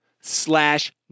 slash